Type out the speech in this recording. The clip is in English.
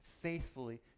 faithfully